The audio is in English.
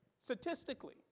Statistically